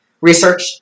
research